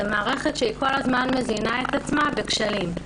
זה מערכת שכל הזמן מזינה את עצמה בכשלים.